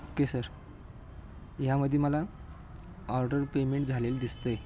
okay sir यामध्ये मला order payment झालेलं दिसतं आहे